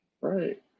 Right